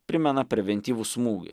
primena preventyvų smūgį